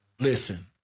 listen